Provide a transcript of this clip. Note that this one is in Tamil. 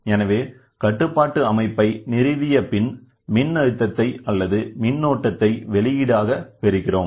எனவே கட்டுப்பாட்டு அமைப்பை நிறுவிய பின் மின்னழுத்தத்தை அல்லது மின்னோட்டத்தை வெளியீடாக பெறுகிறோம்